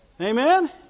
Amen